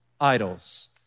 Idols